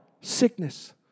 sickness